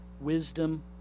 wisdom